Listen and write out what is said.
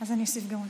אז אני אוסיף גם אותי.